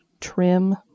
trim